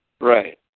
Right